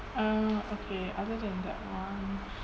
uh okay other than that one